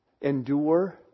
Endure